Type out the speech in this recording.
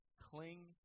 cling